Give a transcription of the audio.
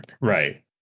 Right